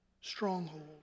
stronghold